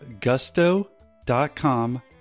gusto.com